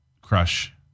crush